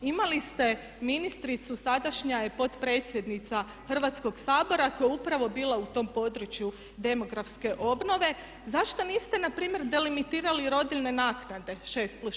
Imali ste ministricu, sadašnja je potpredsjednica Hrvatskoga sabora koja je upravo bila u tom području demografske obnove, zašto niste npr. delimitirali rodiljine naknade 6+6?